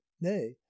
nay